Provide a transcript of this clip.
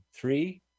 three